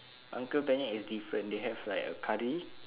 uncle penyet is different they have like a curry